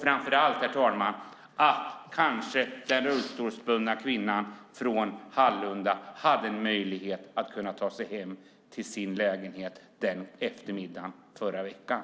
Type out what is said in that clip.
Framför allt, herr talman, hade den rullstolsburna kvinnan från Hallunda kanske haft en möjlighet att ta sig hem till sin lägenhet denna eftermiddag i förra veckan.